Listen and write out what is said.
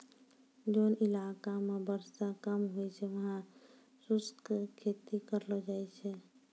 जोन इलाका मॅ वर्षा कम होय छै वहाँ शुष्क खेती करलो जाय छै